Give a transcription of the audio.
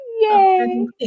Yay